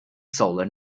solar